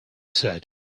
said